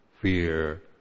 Fear